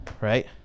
right